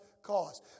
Cause